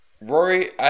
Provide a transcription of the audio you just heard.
Rory